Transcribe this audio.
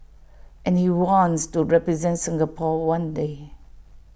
and he wants to represent Singapore one day